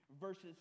verses